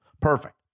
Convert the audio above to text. perfect